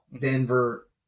Denver